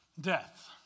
death